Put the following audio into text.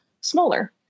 smaller